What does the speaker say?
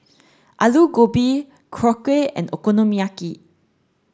Alu Gobi Korokke and Okonomiyaki